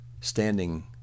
standing